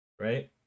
right